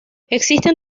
existen